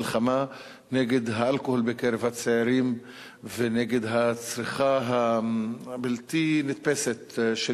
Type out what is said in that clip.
מלחמה נגד האלכוהול בקרב הצעירים ונגד הצריכה הבלתי-נתפסת של